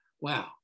wow